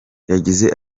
yagize